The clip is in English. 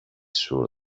sure